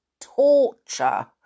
torture